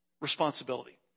responsibility